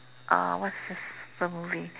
uh what's this the movie